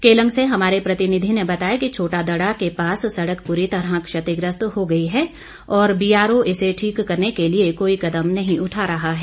केलंग से हमारे प्रतिनिधि ने बताया कि छोटा दड़ा के पास सड़क पूरी तरह क्षतिग्रस्त हो गई है और बीआरओ इसे ठीक करने के लिए कोई कदम नहीं उठा रहा है